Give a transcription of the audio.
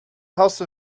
house